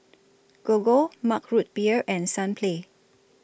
Gogo Mug Root Beer and Sunplay